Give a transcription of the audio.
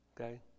okay